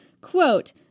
Quote